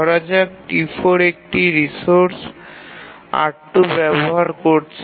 ধরা যাক T4 একটি রিসোর্স R2 ব্যবহার করছে